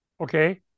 Okay